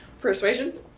Persuasion